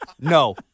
No